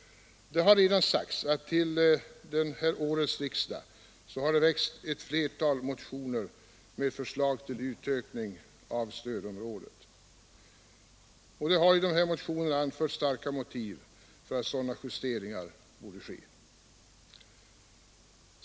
Det har redan sagts att det till årets riksdag har väckts ett flertal motioner med förslag till utökning av stödområdet. Det har i dessa motioner anförts starka motiv för sådana justeringar.